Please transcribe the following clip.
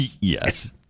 Yes